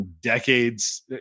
decades